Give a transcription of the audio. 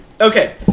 Okay